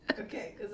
Okay